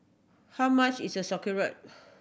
how much is a Sauerkraut